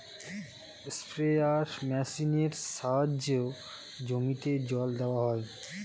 sprayer মেশিনের সাহায্যে জমিতে জল দেওয়া হয়